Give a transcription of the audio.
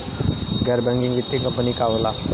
गैर बैकिंग वित्तीय कंपनी का होला?